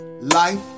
life